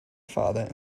father